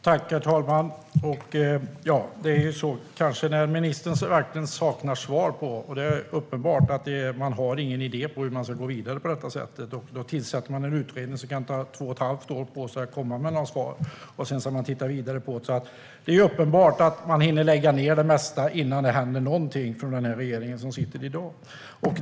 Herr talman! Det är uppenbart att ministern saknar svar och att man inte har några idéer om hur man ska gå vidare. Då tillsätter man en utredning som kan ta två och ett halvt år på sig att komma med några svar, och sedan ska man titta vidare på det. Det är uppenbart att man hinner lägga ned det mesta innan det händer någonting från den regering som sitter i dag.